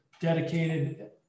dedicated